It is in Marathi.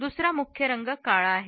दुसरा मुख्य रंग काळा आहे